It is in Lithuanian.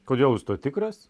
kodėl jūs tuo tikras